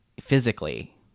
physically